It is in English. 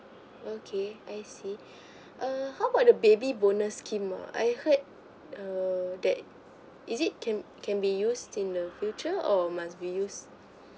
okay I see err how about the baby bonus scheme uh I heard err that is it can can be used in the future or must be used